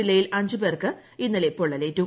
ജില്ലയിൽ അഞ്ചുപേർക്ക് ഇന്നലെ പൊള്ളല്ലേറ്റു